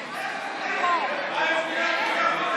רק שנייה.